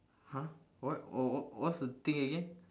!huh! what w~ w~ what's the thing again